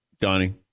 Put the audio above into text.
Donnie